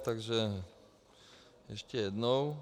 Takže ještě jednou.